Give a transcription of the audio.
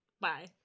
bye